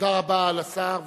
תודה רבה לשר.